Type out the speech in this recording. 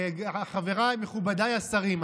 חבריי ומכובדיי השרים,